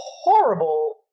horrible